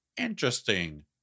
interesting